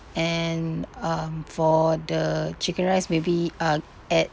and um for the chicken rice maybe uh add